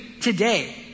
today